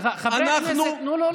אנחנו, סליחה, חברי הכנסת, תנו לו להשלים.